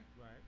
Right